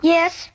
Yes